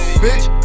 bitch